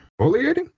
Foliating